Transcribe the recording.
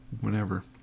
whenever